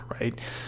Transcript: right